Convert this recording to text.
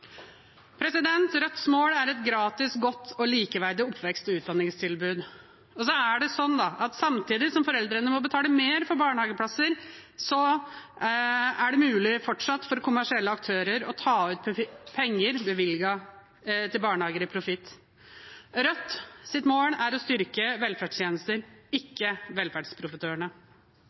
Rødts mål er et gratis, godt og likeverdig oppvekst- og utdanningstilbud. Samtidig som foreldrene må betale mer for barnehageplass, er det fortsatt mulig for kommersielle aktører å ta ut profitt på penger bevilget til barnehager. Rødts mål er å styrke velferdstjenestene, ikke velferdsprofitørene.